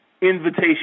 invitation